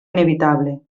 inevitable